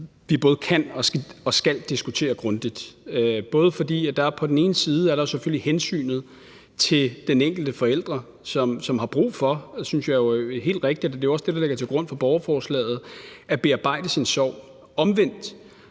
vi både kan og skal diskutere grundigt. På den ene side er der selvfølgelig hensynet til den enkelte forælder, som har brug for – og det synes jeg er helt rigtigt, og det er også det, der ligger til grund for borgerforslaget – at bearbejde sin sorg; omvendt